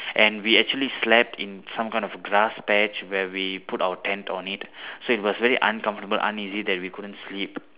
and we actually slept in some kind of a grass patch where we put our tent on it so it was very uncomfortable uneasy that we couldn't sleep